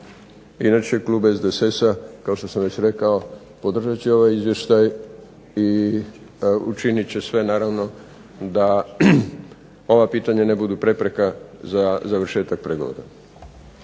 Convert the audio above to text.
I klub SDSS-a, kao što sam već rekao, podržat će ovaj izvještaj i učinit će sve naravno da ova pitanja ne budu prepreka za završetak pregovora.